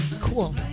Cool